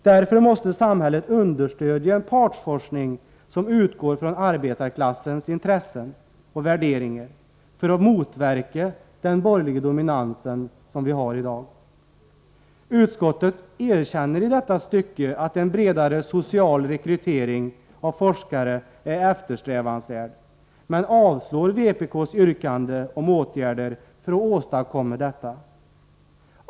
Därför måste samhället understödja en partsforskning som utgår från arbetarklassens intressen och värderingar, för att motverka den borgerliga dominans som vi i dag har. Utskottet erkänner i detta stycke att en bredare social rekrytering av forskare är eftersträvansvärd, men avstyrker vpk:s yrkande om åtgärder för att åstadkomma detta.